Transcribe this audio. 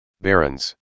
barons